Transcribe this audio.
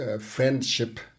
friendship